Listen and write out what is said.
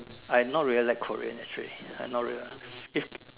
I not really like Korean actually I not really like if